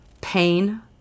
Pain